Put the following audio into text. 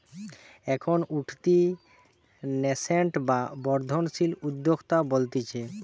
এখন উঠতি ন্যাসেন্ট বা বর্ধনশীল উদ্যোক্তা বলতিছে